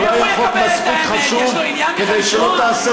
אולי החוק מספיק חשוב כדי שלא תעשה